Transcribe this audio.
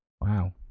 Wow